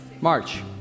March